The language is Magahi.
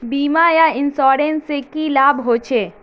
बीमा या इंश्योरेंस से की लाभ होचे?